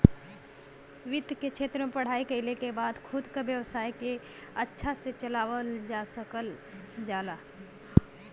वित्त के क्षेत्र में पढ़ाई कइले के बाद खुद क व्यवसाय के अच्छा से चलावल जा सकल जाला